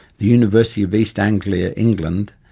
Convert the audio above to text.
the university of east anglia, england,